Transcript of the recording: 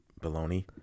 bologna